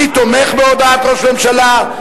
מי תומך בהודעת ראש הממשלה?